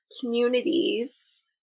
communities